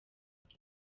bwe